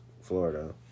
Florida